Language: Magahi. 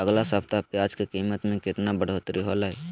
अगला सप्ताह प्याज के कीमत में कितना बढ़ोतरी होलाय?